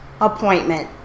appointment